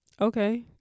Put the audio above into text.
Okay